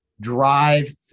drive